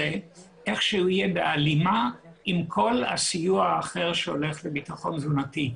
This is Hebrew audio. איכשהו יהיה בהלימה עם כל הסיוע האחר שהולך לביטחון תזונתי.